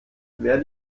wer